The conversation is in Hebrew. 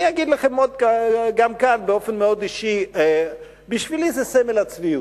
אני אגיד לכם גם כאן באופן מאוד אישי שבשבילי זה סמל הצביעות.